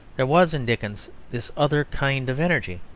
there was in dickens this other kind of energy,